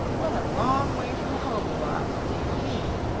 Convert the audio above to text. what a long way from home you are dear me!